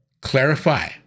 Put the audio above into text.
clarify